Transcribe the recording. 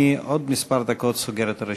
אני עוד כמה דקות סוגר את הרשימה.